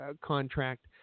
contract